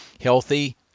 healthy